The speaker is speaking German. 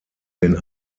den